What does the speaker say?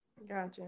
Gotcha